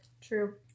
true